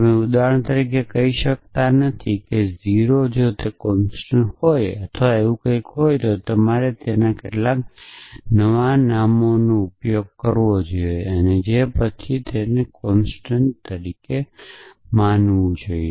તમે ઉદાહરણ તરીકે કહી શકતા નથી 0 જો તે કોંસ્ટંટ હોય અથવા એવું કંઈક હોય કે તમારે કેટલાક અનામી કેટલાક નવા નામનો ઉપયોગ કરવો જ જોઇએ અને તે પછી કોંસ્ટંટ તરીકે માનવું જોઈએ